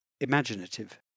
imaginative